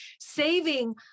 saving